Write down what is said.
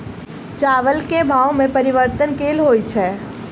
चावल केँ भाव मे परिवर्तन केल होइ छै?